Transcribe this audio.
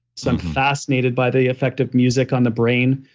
so i'm fascinated by the effect of music on the brain.